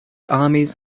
armies